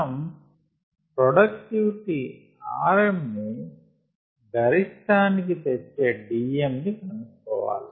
మనం productivity Rm ని గరిష్ఠానికి తెచ్చే Dm ని కనుక్కోవాలి